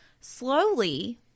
Slowly